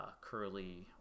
curly